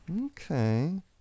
Okay